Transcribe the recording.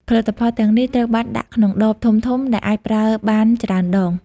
ផលិតផលទាំងនេះត្រូវបានដាក់ក្នុងដបធំៗដែលអាចប្រើបានច្រើនដង។